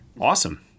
Awesome